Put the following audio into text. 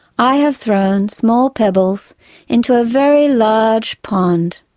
i have thrown small pebbles into a very large pond,